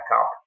up